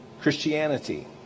Christianity